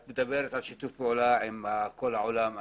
את מדברת על שיתוף פעולה עם כל העולם.